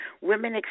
Women